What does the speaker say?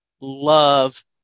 love